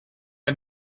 are